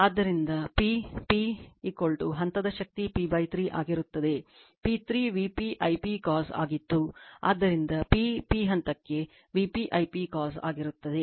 ಆದ್ದರಿಂದ P p ಹಂತದ ಶಕ್ತಿ p 3 ಆಗಿರುತ್ತದೆ p 3 Vp I p cos ಆಗಿತ್ತು ಆದ್ದರಿಂದ P p ಹಂತಕ್ಕೆ Vp I p cos ಆಗಿರುತ್ತದೆ